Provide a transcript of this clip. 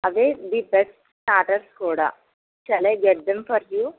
అవి the best starters కూడా shall I get them for you